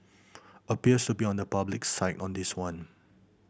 appears to be on the public's side on this one